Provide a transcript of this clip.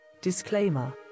Disclaimer